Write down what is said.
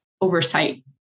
oversight